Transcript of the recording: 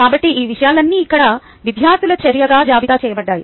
కాబట్టి ఈ విషయాలన్నీ ఇక్కడ విద్యార్థుల చర్యగా జాబితా చేయబడ్డాయి